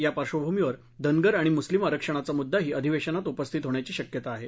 या पार्श्वभूमीवर धनगर आणि मुस्लिम आरक्षणाचा मुद्राही अधिवेशनात उपस्थित होण्याची शक्यता आहे